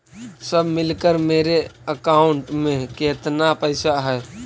सब मिलकर मेरे अकाउंट में केतना पैसा है?